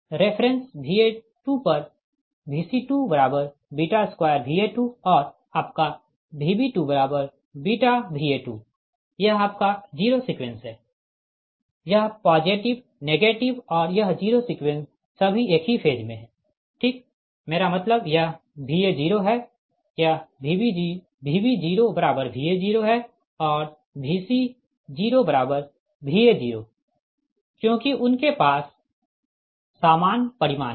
reference Va2 पर Vc22Va2 और आपका Vb2βVa2 यह आपका जीरो सीक्वेंस है यह पॉजिटिव नेगेटिव और यह जीरो सीक्वेंस सभी एक ही फेज में है ठीक मेरा मतलब यह Va0 है यह Vb0Va0 है और Vc0Va0 क्योंकि उनके पास सामान परिमाण है